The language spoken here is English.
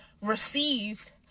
received